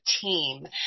team